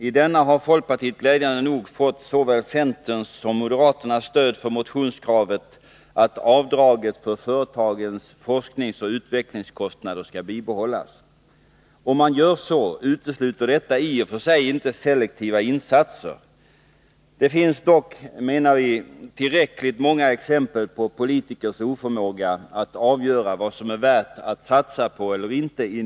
I denna har folkpartiet glädjande nog fått såväl centerns som moderaternas stöd för motionskravet att avdraget för företagens forskningsoch utvecklingskostnader skall bibehållas. Om man gör så utesluter detta i och för sig inte selektiva insatser. Det finns dock, menar vi, tillräckligt många exempel på politikers oförmåga att avgöra vad som industriellt är värt att satsa på eller inte.